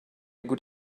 good